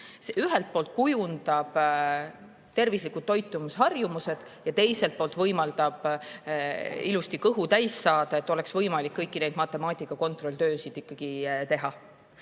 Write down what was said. See ühelt poolt kujundab tervislikud toitumisharjumused ja teiselt poolt võimaldab ilusti kõhu täis saada, et oleks võimalik kõiki neid matemaatika kontrolltöid ikkagi teha.